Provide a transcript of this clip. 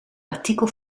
artikel